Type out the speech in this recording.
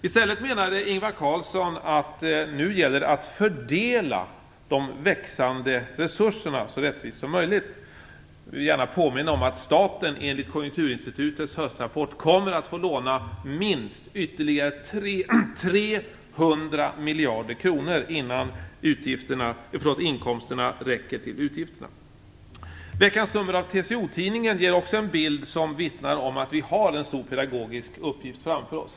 I stället menade Ingvar Carlsson att det nu gäller att fördela de växande resurserna så rättvist som möjligt. Jag vill gärna påminna om att staten enligt Konjunkturinstitutets höstrapport kommer att få låna ytterligare minst 300 miljarder kronor innan inkomsterna räcker till utgifterna. Veckans nummer av TCO-tidningen ger också en bild som vittnar om att vi har en stor pedagogisk uppgift framför oss.